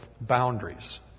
boundaries